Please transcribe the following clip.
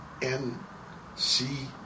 NC